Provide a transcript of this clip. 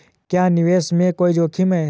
क्या निवेश में कोई जोखिम है?